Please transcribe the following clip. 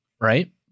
Right